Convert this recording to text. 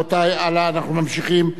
רבותי, אנחנו ממשיכים.